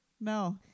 No